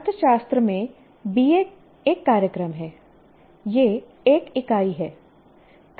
अर्थशास्त्र में BA एक कार्यक्रम है यह एक इकाई है